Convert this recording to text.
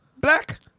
black